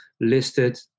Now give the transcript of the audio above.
listed